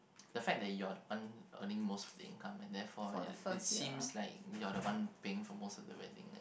the fact that you're the one earning most of the income and therefore it seems like you are the one paying for most of the wedding